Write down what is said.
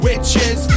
Witches